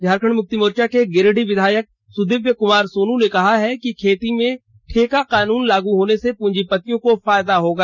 झामुमो के गिरिडीह विधायक सुदीव्य कुमार सोन ने कहा है कि खेती में ठेका कानून लागू होने से पूंजीपतियों को फायदा होगा